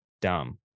dumb